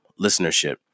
listenership